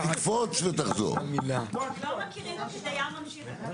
זה דייר ממשיך,